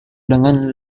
dengan